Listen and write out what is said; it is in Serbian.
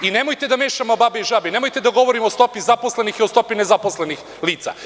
Nemojte da mešamo babe i žabe, nemojte da govorimo o stopi zaposlenih i o stopi nezaposlenih lica.